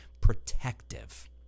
protective